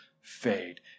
fade